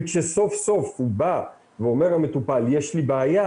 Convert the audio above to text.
וכשסוף סוף המטופל בא ואומר 'יש לי בעיה'